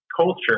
culture